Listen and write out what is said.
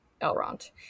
Elrond